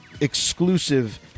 exclusive